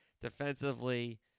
defensively